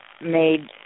made